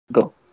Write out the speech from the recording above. Go